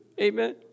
Amen